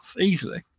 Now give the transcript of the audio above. easily